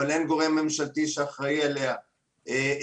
אבל אין גורם ממשלתי שאחראי עליה,